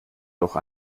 doch